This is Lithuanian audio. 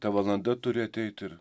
ta valanda turi ateit